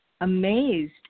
amazed